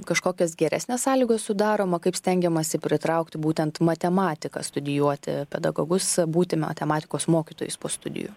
kažkokios geresnės sąlygos sudaroma kaip stengiamasi pritraukti būtent matematiką studijuoti pedagogus būti matematikos mokytojais po studijų